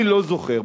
אני לא זוכר.